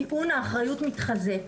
טיעון האחריות מתחזק.